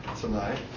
tonight